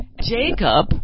Jacob